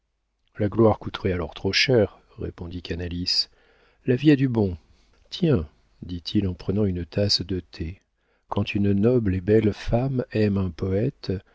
la gloire coûterait alors trop cher répondit canalis la vie a du bon tiens dit-il en prenant une tasse de thé quand une noble et belle femme aime un poëte